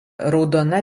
raudona